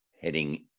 heading